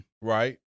Right